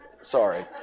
Sorry